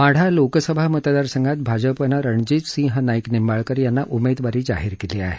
माढा लोकसभा मतदारसंघात भाजपनं रणजीत सिंह नाईक निंबाळकर यांना उमेदवारी जाहीर केली आहे